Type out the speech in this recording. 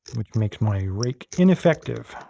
which makes my rake ineffective.